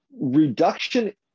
reduction